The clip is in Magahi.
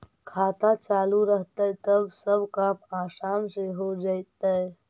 खाता चालु रहतैय तब सब काम आसान से हो जैतैय?